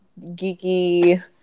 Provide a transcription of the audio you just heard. geeky